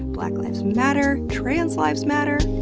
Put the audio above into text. black lives matter. trans lives matter.